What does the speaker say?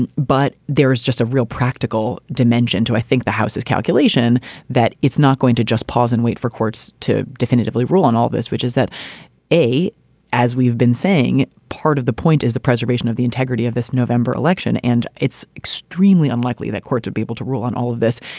and but there is just a real practical dimension to, i think, the house's calculation that it's not going to just pause and wait for courts to definitively rule on all this, which is that a as we've been saying, part of the point is the preservation of the integrity of this november election. and it's extremely unlikely that courts would be able to rule on all of this.